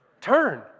Turn